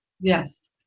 Yes